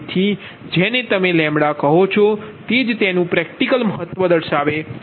તેથી જેને તમે કહો છો તે જ તેનું પ્રેક્ટીકલ મહત્વ છે